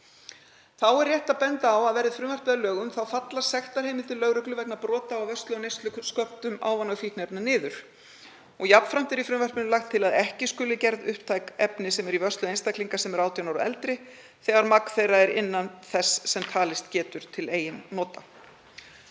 Þá er rétt að benda á að verði frumvarpið að lögum falla sektarheimildir lögreglu vegna brota á vörslu á neysluskömmtum ávana- og fíkniefna niður. Jafnframt er í frumvarpinu lagt til að ekki skuli gerð upptæk efni sem eru í vörslu einstaklinga sem eru 18 ára og eldri þegar magn þeirra er innan þess sem talist getur til eigin nota.